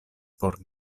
por